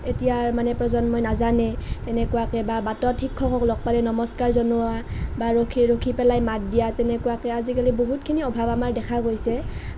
এতিয়াৰ মানে প্ৰজন্মই নাজানে তেনেকুৱাকে বা বাটত শিক্ষকক লগ পালে নমস্কাৰ জনোৱা বা ৰখি পেলাই মাত দিয়া তেনেকুৱাকে আজিকালি বহুতখিনি অভাৱ আমাএ দেখা গৈছে